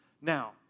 Now